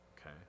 okay